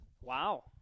Wow